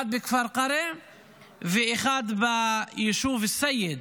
אחד בכפר קרע ואחד בישוב א-סייד: